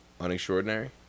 unextraordinary